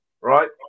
right